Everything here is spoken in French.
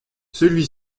celui